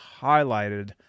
highlighted